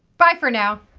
bye for now!